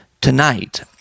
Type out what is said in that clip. tonight